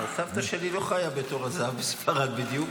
סבתא שלי לא חיה בתור הזהב בספרד בדיוק,